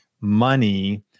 money